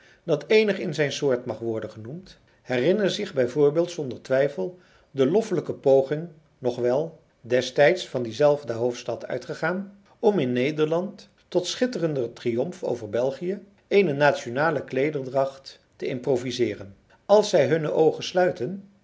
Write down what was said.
pralen dat eenig in zijn soort mag worden genoemd herinneren zich b v zonder twijfel de loffelijke poging nog wel destijds van diezelfde hoofdstad uitgegaan om in nederland tot schitterender triomf over belgië eene nationale kleederdracht te improviseeren als zij hunne oogen sluiten